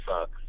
sucks